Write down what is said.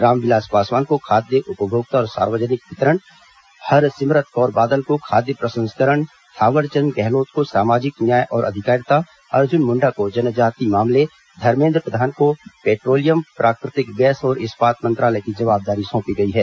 रामविलास पासवान को खाद्य उपभोक्ता और सार्वजनिक वितरण हरसिमरत कौर बादल को खाद्य प्रसंस्करण थावरचंद गहलोत को सामाजिक न्याय और अधिकारिता अर्जुन मुंडा को जनजातीय मामले धर्मेंद्र प्रधान को पेट्रोलियम प्राकृतिक गैस और इस्पात मंत्रालय की जवाबदारी सोंपी गई है